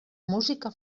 música